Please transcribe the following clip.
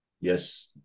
Yes